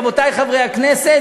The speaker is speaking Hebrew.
רבותי חברי הכנסת,